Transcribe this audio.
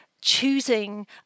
choosing